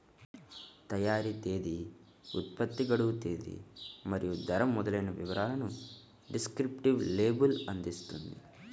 తయారీ తేదీ, ఉత్పత్తి గడువు తేదీ మరియు ధర మొదలైన వివరాలను డిస్క్రిప్టివ్ లేబుల్ అందిస్తుంది